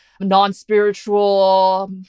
non-spiritual